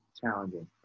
challenging